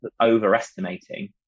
overestimating